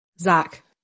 Zach